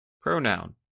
Pronoun